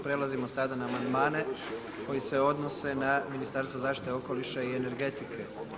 Prelazimo sada na amandmane koji se odnose na Ministarstvo zaštite okoliša i energetike.